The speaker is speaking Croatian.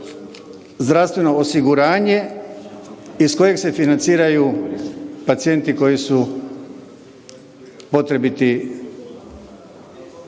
zdravstveno osiguranje iz kojeg se financiraju pacijenti koji su potrebiti